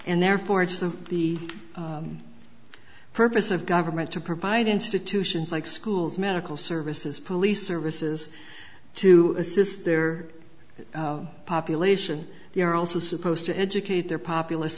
and therefore it's the the purpose of government to provide institutions like schools medical services police services to assist their population they are also supposed to educate their populace